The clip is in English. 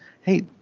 hey